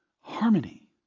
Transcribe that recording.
harmony